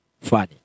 funny